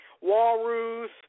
walrus